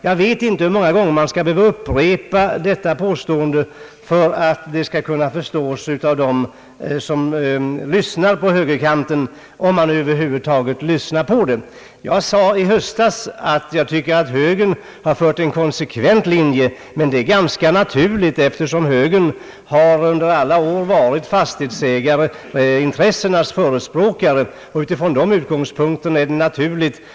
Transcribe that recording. Jag vet inte hur många gånger man skall behöva upprepa detta påstående för att det skall förstås av dem som lyssnar på högerkanten, om man där nu över huvud taget lyssnar på det. Jag sade i höstas att jag tycker att högern har fört en konsekvent linje. Det är ganska naturligt, eftersom högern under alla år har varit fastighetsägarintressenas förespråkare. Från de utgångspunkterna är det naturligt att hö Ang.